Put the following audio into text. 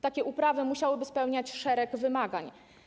Takie uprawy musiałyby spełniać szereg wymagań.